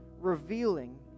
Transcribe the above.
revealing